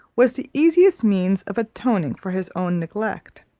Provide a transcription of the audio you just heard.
was the easiest means of atoning for his own neglect.